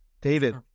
David